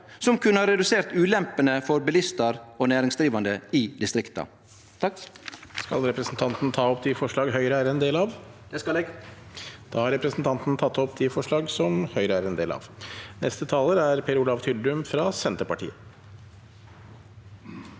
som kunne ha redusert ulempene for bilistar og næringsdrivande i distrikta.